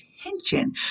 attention